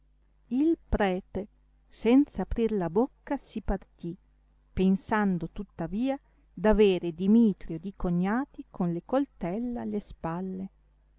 il prete senz aprir la bocca si partì pensando tuttavia d'avere dimitrio ed i cognati con le coltella alle spalle